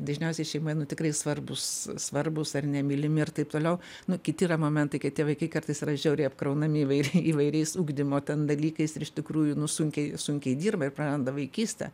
dažniausiai šeimoj nu tikrai svarbūs svarbūs ar ne mylimi ir taip toliau nu kiti yra momentai kiti tie vaikai kartais yra žiauriai apkraunami įvairiai įvairiais ugdymo ten dalykais ir iš tikrųjų nu sunkiai sunkiai dirba ir praranda vaikystę